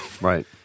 Right